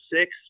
six